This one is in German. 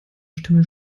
stimme